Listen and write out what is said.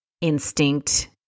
instinct